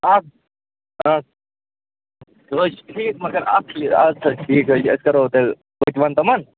اَکھ اَکھ تہِ حظ چھُ ٹھیٖک مگر اَکھ چیٖز ادٕ سا ٹھیٖک حظ چھُ أسۍ کَرو تیلہِ اِنفارٕم تِمن